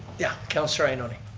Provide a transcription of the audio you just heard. yeah, councillor ioannoni.